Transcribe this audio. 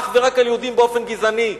אך ורק על יהודים באופן גזעני.